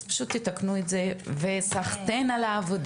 ככה רשמתם אז פשוט תתקנו את זה וסחטין על העבודה.